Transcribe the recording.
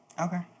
Okay